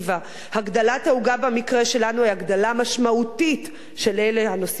הגדלת העוגה במקרה שלנו היא הגדלה משמעותית על אלה הנושאים בנטל.